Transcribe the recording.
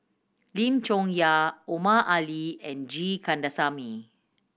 Lim Chong Yah Omar Ali and G Kandasamy